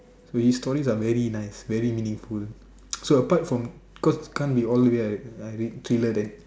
so his stories are very nice very meaningful so apart from cause can't be all the way I I read thriller then